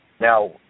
Now